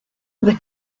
the